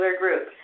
group